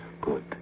Good